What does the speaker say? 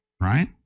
right